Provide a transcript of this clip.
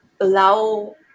allow